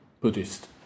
Buddhist